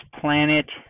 planet